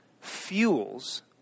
fuels